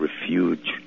refuge